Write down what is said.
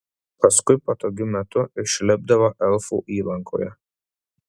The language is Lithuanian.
paskui patogiu metu išlipdavo elfų įlankoje